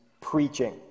preaching